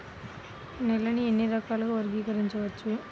నేలని ఎన్ని రకాలుగా వర్గీకరించవచ్చు?